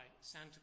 Santa